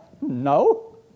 No